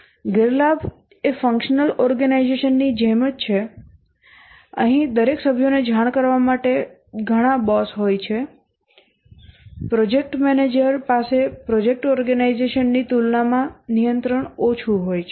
ગેરલાભ એ functional organisation ની જેમ જ છે અહીં દરેક સભ્યોને જાણ કરવા માટે ઘણા બોસ હોય છે પ્રોજેક્ટ મેનેજર પાસે પ્રોજેક્ટ ઓર્ગેનાઇઝેશનની તુલનામાં નિયંત્રણ ઓછું હોય છે